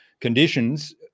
conditions